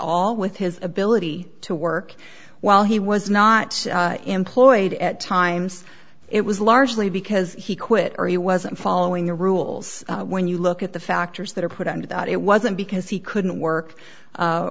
all with his ability to work while he was not employed at times it was largely because he quit or he wasn't following the rules when you look at the factors that are put into that it wasn't because he couldn't work